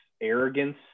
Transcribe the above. arrogance